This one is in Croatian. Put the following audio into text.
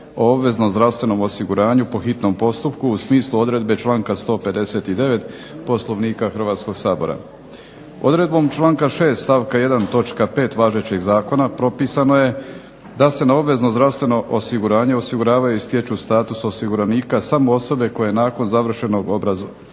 o obveznom zdravstvenom osiguranju po hitnom postupku u smislu odredbe članka 159. Poslovnika Hrvatskog sabora. Odredbom članka 6. stavka 1. točka 5. važećeg zakona propisano je da se na obvezno zdravstveno osiguranje osiguravaju i stječu status osiguranika samo osobe koje nakon završenog obrazovanja